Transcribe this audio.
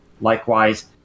likewise